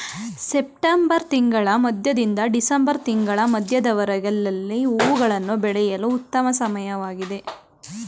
September ತಿಂಗಳ ಮಧ್ಯದಿಂದ December ತಿಂಗಳ ಮಧ್ಯದವರೆಗೆ ಲಿಲ್ಲಿ ಹೂವುಗಳನ್ನು ಬೆಳೆಯಲು ಉತ್ತಮ ಸಮಯವಾಗಿದೆ